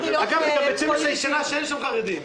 אגב, אמרו שאין שם חרדים.